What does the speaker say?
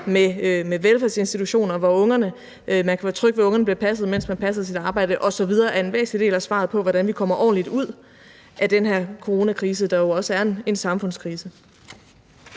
med velfærdsinstitutioner, hvor man kan være tryg ved, at ungerne bliver passet, mens man passer sit arbejde, osv., er en væsentlig del af svaret på, hvordan vi kommer ordentligt ud af den her coronakrise, der jo også er en samfundskrise.